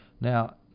Now